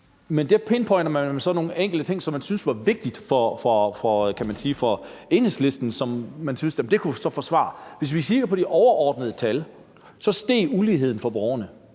Men der pinpointer man jo så nogle enkelte ting, som man synes var vigtige for Enhedslisten, og det synes man så at man kunne forsvare. Hvis vi ser på de overordnede tal, steg uligheden for borgerne,